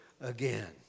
again